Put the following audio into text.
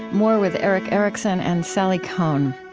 more with erick erickson and sally kohn.